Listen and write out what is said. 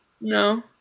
No